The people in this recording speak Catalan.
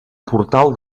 portal